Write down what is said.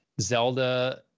Zelda